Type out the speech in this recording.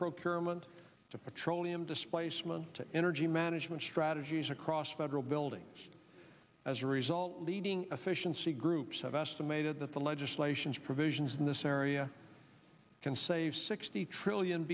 procurement to petroleum displacement to energy management strategies across federal buildings as a result leading efficiency groups have estimated that the legislation's provisions in this area can save sixty trillion